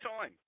time